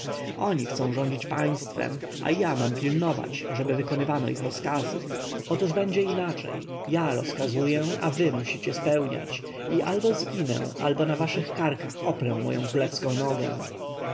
oni chcą rządzić państwem a ja mam pilnować ażeby wykonywano ich rozkazy otóż będzie inaczej ja rozkazuję a wy musicie spełniać i albo zginę albo na waszych karkach oprę moją królewską nogę